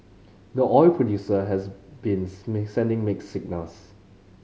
the oil producer has been sending mixed signals